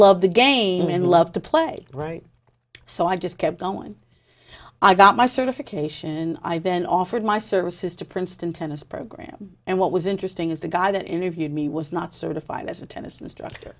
love the game and love to play right so i just kept going i got my certification i've been offered my services to princeton tennis program and what was interesting is the guy that interviewed me was not certified as a tennis instructor